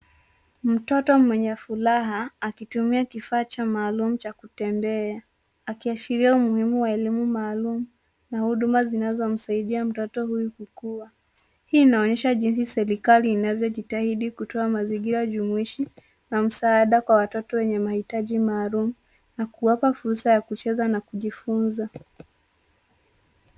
Mtoto mwenye furaha akitumia kifaa cha maalum cha kutembea akiashiria umuhimu wa elimu maalum na huduma zinazomsaidia mtoto huyu kukua. Hii inaonyesha jinsi serekali inavyojitahidi kutoa mazingira jumuishi na msaada kwa watoto wenye mahitaji maalum na kuwapa fursa ya kucheza na kujifunza.